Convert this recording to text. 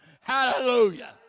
Hallelujah